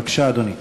בבקשה, אדוני.